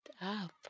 up